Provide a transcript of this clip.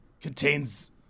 contains